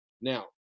Now